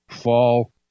fall